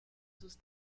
sus